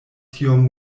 tiom